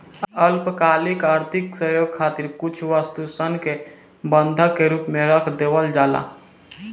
अल्पकालिक आर्थिक सहयोग खातिर कुछ वस्तु सन के बंधक के रूप में रख देवल जाला